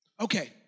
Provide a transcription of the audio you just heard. Okay